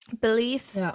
Belief